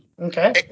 Okay